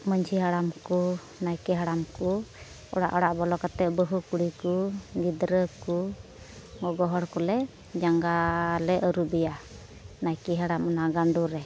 ᱢᱟᱺᱡᱷᱤ ᱦᱟᱲᱟᱢ ᱠᱚ ᱱᱟᱭᱠᱮ ᱦᱟᱲᱟᱢ ᱠᱚ ᱚᱲᱟᱜ ᱚᱲᱟᱜ ᱵᱚᱞᱚ ᱠᱟᱛᱮᱫ ᱵᱟᱹᱦᱩ ᱠᱩᱲᱤ ᱠᱚ ᱜᱤᱫᱽᱨᱟᱹ ᱠᱚ ᱜᱚᱜᱚ ᱦᱚᱲ ᱠᱚᱞᱮ ᱡᱟᱸᱜᱟᱞᱮ ᱟᱹᱨᱩᱵᱮᱭᱟ ᱱᱟᱭᱠᱮ ᱦᱟᱲᱟᱢ ᱚᱱᱟ ᱜᱟᱸᱰᱳᱨᱮ